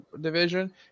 division